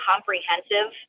comprehensive